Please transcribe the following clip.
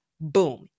Boom